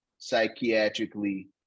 psychiatrically